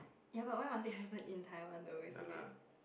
ya but why must it happen in Taiwan though it's a bit